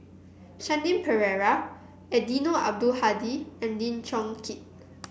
Shanti Pereira Eddino Abdul Hadi and Lim Chong Keat